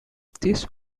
these